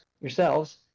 yourselves